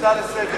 יש לי הצעה לסדר,